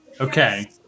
Okay